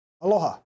Aloha